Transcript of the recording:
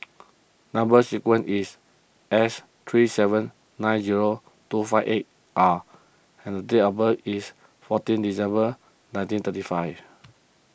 Number Sequence is S three seven nine zero two five eight R and the date of birth is fourteen December nineteen thirty five